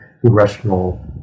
congressional